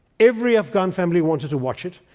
every afghan family wanted to watch it.